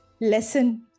lesson